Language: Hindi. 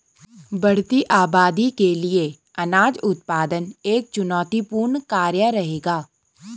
बढ़ती आबादी के लिए अनाज उत्पादन एक चुनौतीपूर्ण कार्य रहेगा